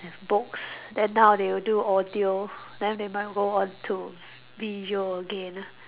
have books then now they will do audio then they might go on to visual again ah